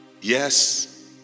Yes